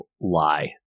lie